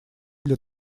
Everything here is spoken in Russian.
для